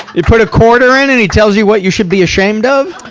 you put a quarter in, and he tells you what you should be ashamed of.